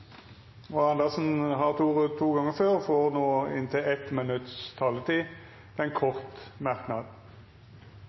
Andersen har hatt ordet to gonger tidlegare og får ordet til ein kort merknad, avgrensa til